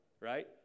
right